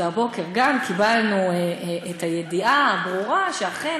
והבוקר גם קיבלנו את הידיעה הברורה שאכן,